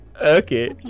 okay